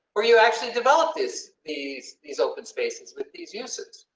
where you actually develop this, these these open spaces with these uses.